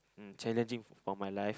um challenging for my life